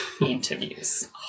Interviews